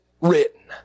written